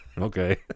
Okay